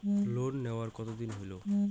Loan নেওয়ার কতদিন হইল?